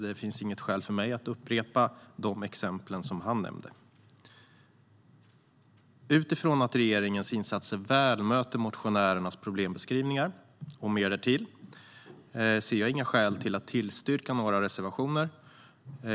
Det finns inga skäl för mig att upprepa de exempel som han nämnde. Utifrån att regeringens insatser väl möter motionärernas problembeskrivningar och mer därtill ser jag inga skäl till att tillstyrka några reservationer.